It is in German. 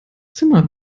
zimmer